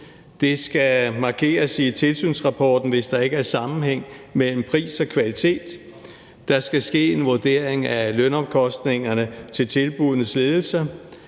Det skal markeres i tilsynsrapporten, hvis der ikke er sammenhæng mellem pris og kvalitet; der skal ske en vurdering af lønomkostningerne i forbindelse